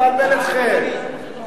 לבלבל אתכם.